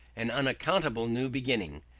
an unaccountable new beginning,